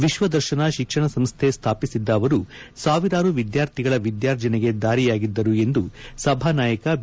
ವಿಶ್ವದರ್ಶನ ಶಿಕ್ಷಣ ಸಂಸ್ಥೆ ಸ್ಲಾಪಿಸಿದ್ದ ಅವರು ಸಾವಿರಾರು ವಿದ್ಯಾರ್ಥಿಗಳ ವಿದ್ಯಾರ್ಜನೆಗೆ ದಾರಿಯಾಗಿದ್ದರು ಎಂದು ಸಭಾನಾಯಕ ಬಿ